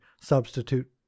substitute